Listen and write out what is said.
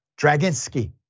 Draginski